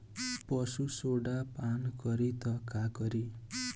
पशु सोडा पान करी त का करी?